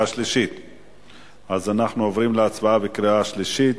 אנחנו עוברים להצבעה בקריאה שלישית.